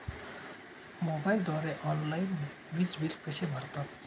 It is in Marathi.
मोबाईलद्वारे ऑनलाईन वीज बिल कसे भरतात?